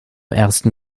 ersten